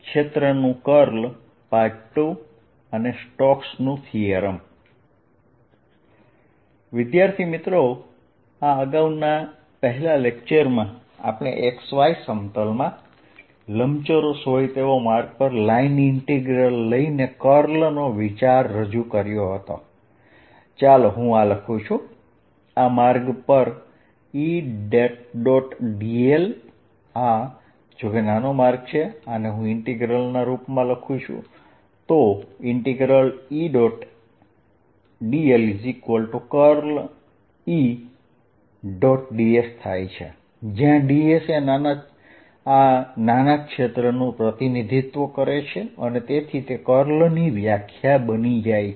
ક્ષેત્રનું curl II અને સ્ટોક્સનું થીયરમ પહેલાનાં લેક્ચરમાં આપણે xy સમતલ માં લંબચોરસ હોય તેવા માર્ગ પર લાઇન ઇન્ટિગ્રલ લઈને કર્લ નો વિચાર રજૂ કર્યો હતો ચાલો હું આ લખું આ માર્ગ પર Edl આ જો કે નાનો માર્ગ છે આને હું ઈન્ટીગ્રલના રૂપમાં લખું તો Edlds છે જ્યાં ds આ નાના ક્ષેત્રનું પ્રતિનિધિત્વ કરે છે તેથી તે કર્લ ની વ્યાખ્યા બની જાય છે